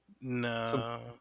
no